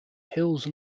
hills